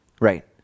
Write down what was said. Right